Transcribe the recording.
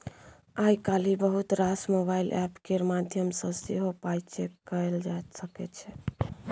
आइ काल्हि बहुत रास मोबाइल एप्प केर माध्यमसँ सेहो पाइ चैक कएल जा सकै छै